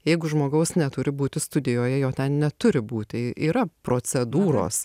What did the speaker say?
jeigu žmogaus neturi būti studijoje jo ten neturi būti yra procedūros